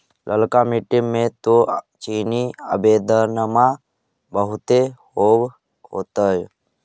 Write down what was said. ललका मिट्टी मे तो चिनिआबेदमां बहुते होब होतय?